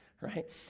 right